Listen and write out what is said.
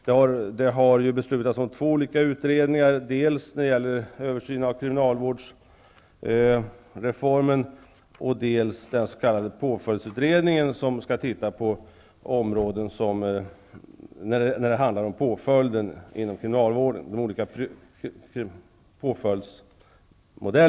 Det har ju beslutats om två olika utredningar -- det gäller dels en översyn av kriminalvårdsreformen, dels den s.k. påföljdsutredningen, som skall titta på de olika påföljdsmodellerna inom kriminalvården.